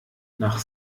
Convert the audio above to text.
nach